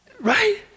Right